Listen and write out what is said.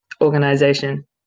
organization